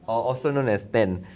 or also known as tanned